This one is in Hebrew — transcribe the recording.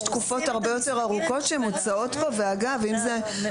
יש תקופות הרבה יותר ארוכות שמוצעות פה.